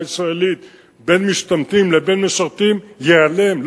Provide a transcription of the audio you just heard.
הישראלית בין משתמטים לבין משרתים ייעלם,